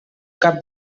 cap